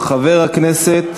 חבר הכנסת